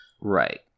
Right